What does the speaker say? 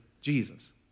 Jesus